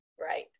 Right